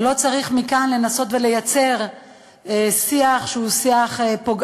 ולא צריך מכאן לנסות ולייצר שיח שהוא פוגעני,